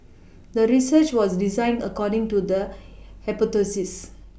the research was designed according to the hypothesis